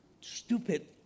stupid